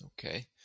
Okay